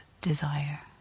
desire